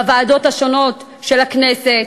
בוועדות השונות של הכנסת.